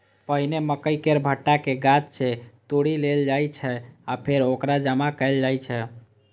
पहिने मकइ केर भुट्टा कें गाछ सं तोड़ि लेल जाइ छै आ फेर ओकरा जमा कैल जाइ छै